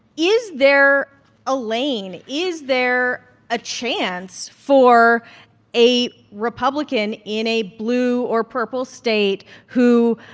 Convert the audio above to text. is there a lane is there a chance for a republican in a blue or purple state who